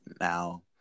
now